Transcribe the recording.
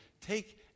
Take